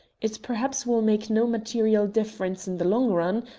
it perhaps will make no material difference in the long run,